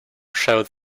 showed